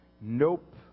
Nope